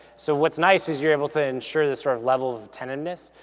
so what's nice is you're able to ensure this sort of level of attentiveness,